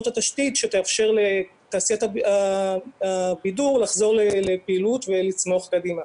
את התשתית שתאפשר לתעשיית הבידור לחזור לפעילות ולצמוח קדימה.